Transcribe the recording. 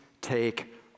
take